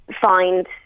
find